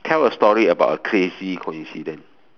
tell a story about a crazy coincidence